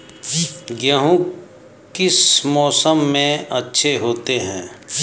गेहूँ किस मौसम में अच्छे होते हैं?